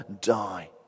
die